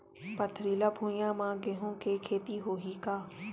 पथरिला भुइयां म गेहूं के खेती होही का?